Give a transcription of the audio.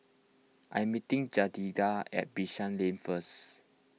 I'm meeting Jedidiah at Bishan Lane first